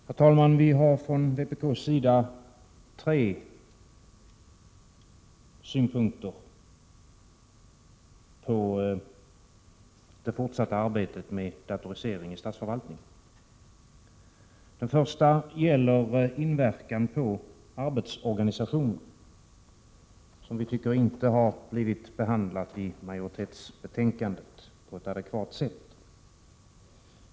Herr talman! Från vpk:s sida har vi tre synpunkter på det fortsatta arbetet med datoriseringen i statsförvaltningen. Den första gäller inverkan på arbetsorganisationen, som vi tycker inte har blivit behandlad på ett adekvat sätt i betänkandets majoritetsskrivning.